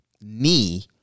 Knee